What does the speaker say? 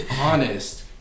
honest